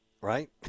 right